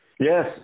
Yes